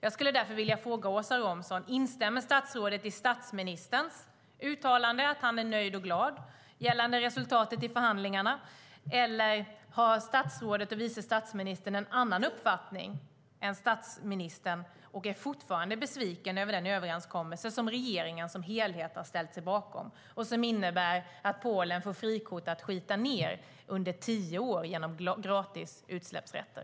Instämmer vice statsministern nu i statsministerns uttalande? Han är nöjd och glad över resultatet i förhandlingarna. Eller har vice statsministern en annan uppfattning än statsministern? Är hon fortfarande besviken över den överenskommelse som regeringen som helhet ställt sig bakom och som innebär att Polen får frikort att skita ned under tio år genom gratis utsläppsrätter?